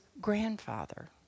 grandfather